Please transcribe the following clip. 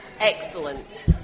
excellent